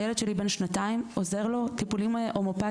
הילד שלי בן שנתיים, עוזר לו טיפולים הומאופטיים.